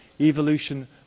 evolution